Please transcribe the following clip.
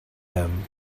them